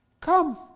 Come